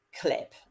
clip